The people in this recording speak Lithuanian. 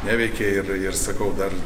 neveikė ir ir sakau dar